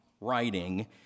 writing